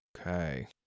Okay